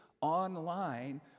online